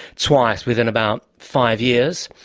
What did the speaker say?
twice within about five years.